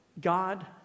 God